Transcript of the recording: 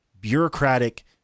bureaucratic